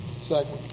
Second